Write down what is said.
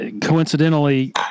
Coincidentally